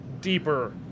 deeper